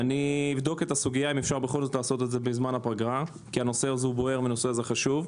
אבדוק אם ניתן לעשות זאת בזמן הפגרה כי זה נושא בוער וחשוב.